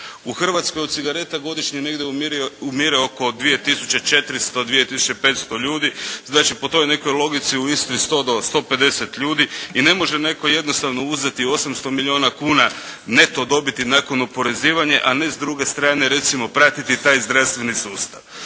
U Hrvatskoj od cigareta godišnje negdje umire oko 2400, 2500 ljudi, znači po toj nekoj logici u Istri od 100 do 150 ljudi i ne može netko jednostavno uzeti 800 milijuna kuna neto dobiti nakon oporezivanja a ne s druge strane recimo pratiti taj zdravstveni sustav.